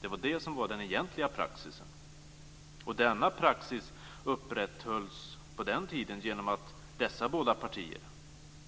Det var det som var den egentliga praxisen och denna praxis upprätthölls på den tiden genom att de båda partierna